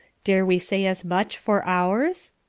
dare we say as much for ours?